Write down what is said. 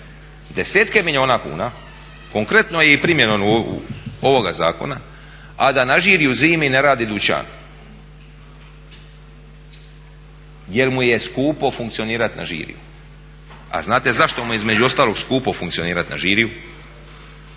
desetke milijuna kuna, konkretno i primjenom ovoga zakona a da na Žirju zimi ne radi dućan jer mu je skupo funkcionirati na Žirju. A znate zašto mu je između ostalog skupo funkcionirati na Žirju?